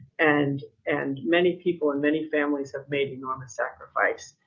and and many people and many families have made enormous sacrifice.